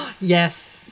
Yes